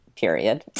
period